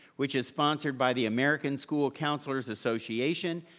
which is sponsored by the american school counselors association,